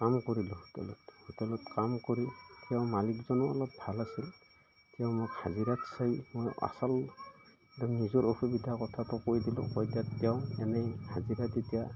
কাম কৰিলোঁ হোটেলত হোটেলত কাম কৰি তেওঁ মালিকজনো অলপ ভাল আছিল তেওঁ মোক হাজিৰাত চাই মই আচল একদম নিজৰ অসুবিধা কথাটো কৈ দিলোঁ কৈ দিয়াত তেওঁ এনেই হাজিৰা তেতিয়া